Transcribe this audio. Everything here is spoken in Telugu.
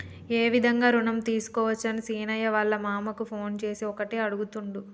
ఏ విధంగా రుణం తీసుకోవచ్చని సీనయ్య వాళ్ళ మామ కు ఫోన్ చేసి ఒకటే అడుగుతుండు